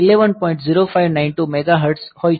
0592 megahertz હોય છે